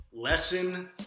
Lesson